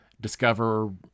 discover